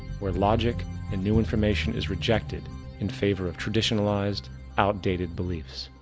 where logic and new information is rejected in favor of traditionalized outdated beliefs.